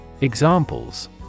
Examples